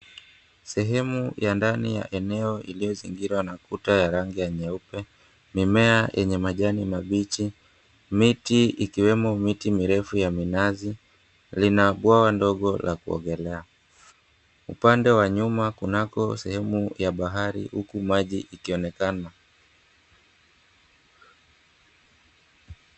Sehemu ya ndani ya eneo iliyozingirwa na kuta ya rangi ya nyeupe, mimea yenye majani mabichi, miti ikiwemo miti mirefu ya minazi lina bwawa ndogo la kuogelea. Upande wa nyuma kunako sehemu ya bahari huku maji ikionekana.